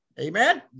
Amen